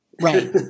Right